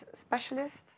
specialists